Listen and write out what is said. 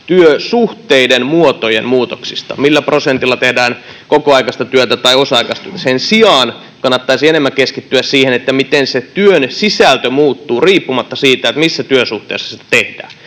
työsuhteiden, -muotojen muutoksista: millä prosentilla tehdään kokoaikaista työtä tai osa-aikaista työtä. Sen sijaan kannattaisi enemmän keskittyä siihen, miten sen työn sisältö muuttuu riippumatta siitä, missä työsuhteessa sitä tehdään.